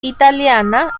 italiana